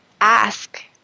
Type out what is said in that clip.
ask